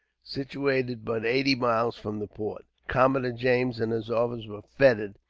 situated but eighty miles from the port. commodore james and his officers were feted,